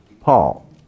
Paul